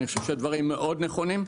אני חושב שזה דברים מאוד נכונים.